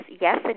yes